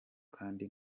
kandi